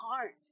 heart